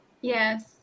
Yes